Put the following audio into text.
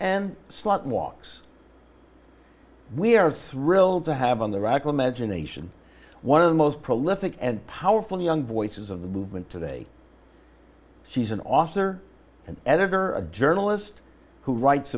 and slut walks we are thrilled to have on the rack imagination one of the most prolific and powerful young voices of the movement today she's an author and editor a journalist who writes